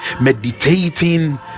meditating